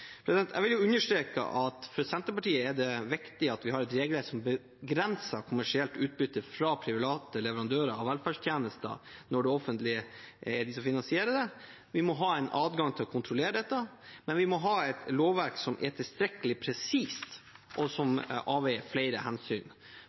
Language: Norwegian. Jeg vil understreke at for Senterpartiet er det viktig at vi har et regelverk som begrenser kommersielt utbytte fra private leverandører av velferdstjenester når det er det offentlige som finansierer det. Vi må ha en adgang til å kontrollere dette, men vi må ha et lovverk som er tilstrekkelig presist, og som